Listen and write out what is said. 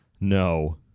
No